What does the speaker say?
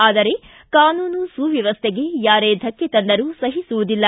ಆದರೆ ಕಾನೂನು ಸುವ್ವವಸ್ಥೆಗೆ ಯಾರೇ ಧಕ್ಕೆ ತಂದರೂ ಸಹಿಸುವುದಿಲ್ಲ